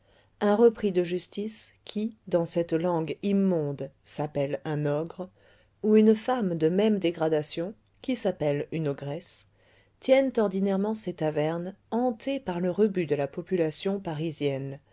un repris de justice qui dans cette langue immonde s'appelle un ogre ou une femme de même dégradation qui s'appelle une ogresse tiennent ordinairement ces tavernes hantées par le rebut de la population parisienne